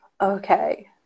Okay